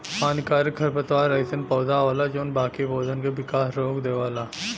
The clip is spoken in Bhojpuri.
हानिकारक खरपतवार अइसन पौधा होला जौन बाकी पौधन क विकास रोक देवला